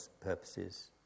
purposes